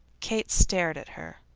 kate stared at her.